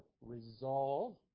resolve